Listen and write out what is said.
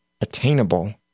attainable